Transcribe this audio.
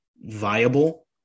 viable